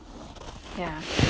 yeah